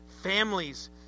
families